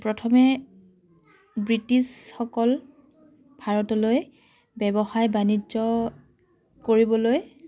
প্ৰথমে ব্ৰিটিছসকল ভাৰতলৈ ব্যৱসায় বাণিজ্য কৰিবলৈ